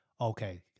okay